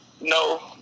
No